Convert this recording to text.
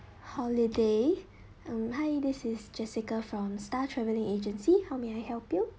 holiday mm hi this is jessica from star travelling agency how may I help you